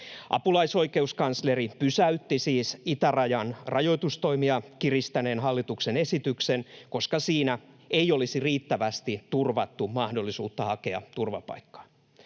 Apulaisoikeuskansleri pysäytti siis itärajan rajoitustoimia kiristäneen hallituksen esityksen, koska siinä ei olisi riittävästi turvattu mahdollisuutta hakea turvapaikkaa.